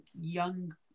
young